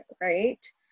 right